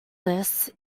this